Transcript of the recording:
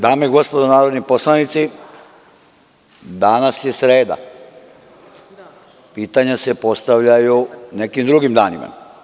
Dame i gospodo narodni poslanici, danas je sreda, pitanja se postavljaju nekim drugim danima.